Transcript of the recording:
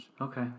Okay